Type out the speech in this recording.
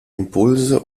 impulse